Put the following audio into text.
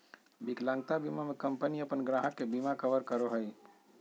विकलांगता बीमा में कंपनी अपन ग्राहक के बिमा कवर करो हइ